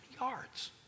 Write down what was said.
yards